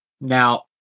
Now